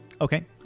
Okay